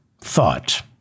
thought